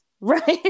Right